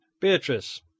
Beatrice